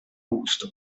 gusto